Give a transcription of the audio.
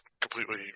completely